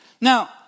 Now